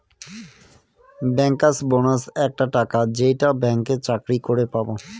bankers bonus একটা টাকা যেইটা ব্যাঙ্কে চাকরি করে পাবো